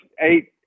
eight